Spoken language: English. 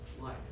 life